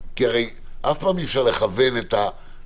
כי הרי אף פעם אי אפשר לכוון את הזמן